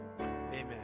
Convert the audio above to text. amen